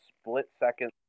split-second